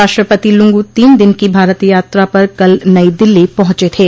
राष्ट्रपति लंगू तीन दिन की भारत यात्रा पर कल नई दिल्ली पहुंचे थे